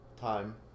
time